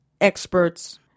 Experts